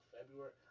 February